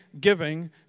giving